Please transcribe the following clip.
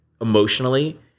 emotionally